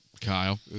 Kyle